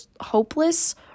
hopeless